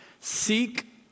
Seek